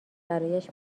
برایش